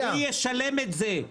מי ישלם את זה?